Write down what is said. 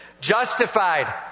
Justified